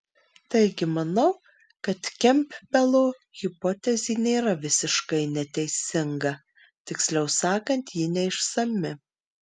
taigi manau kad kempbelo hipotezė nėra visiškai neteisinga tiksliau sakant ji neišsami